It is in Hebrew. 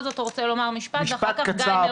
זאת רוצה לומר משפט ואחר כך גיא מרוז.